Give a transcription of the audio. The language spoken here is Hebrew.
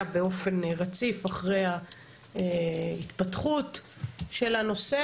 באופן רציף אחרי ההתפתחות של הנושא,